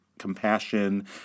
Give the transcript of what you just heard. compassion